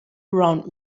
around